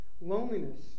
Loneliness